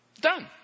Done